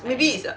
maybe it's a